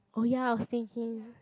oh ya I was thinking